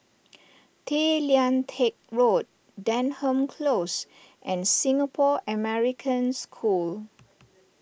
Tay Lian Teck Road Denham Close and Singapore American School